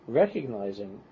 recognizing